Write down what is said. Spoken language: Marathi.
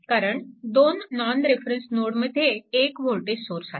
कारण दोन नॉन रेफरन्स नोड मध्ये एक वोल्टेज सोर्स आहे